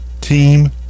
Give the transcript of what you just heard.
team